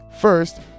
First